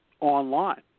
online